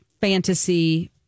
fantasy